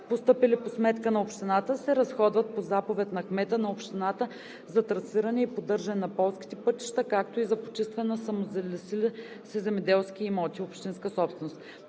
постъпили по сметка на общината, се разходват по заповед на кмета на общината за трасиране и поддържане на полските пътища, както и за почистване на самозалесили се земеделски имоти, общинска собственост.“